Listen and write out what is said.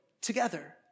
together